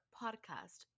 podcast